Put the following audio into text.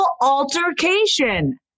altercation